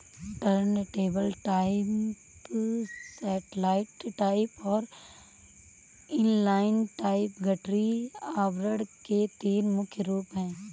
turntable type, satellite type और inline type गठरी आवरण के तीन मुख्य रूप है